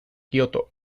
kioto